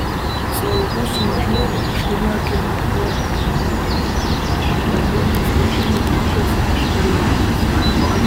savo būsimą žmoną šlynakiemio oną grigutytę julijonas pažino grįžęs iš kariuomenės